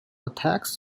attacks